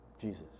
Jesus